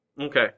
Okay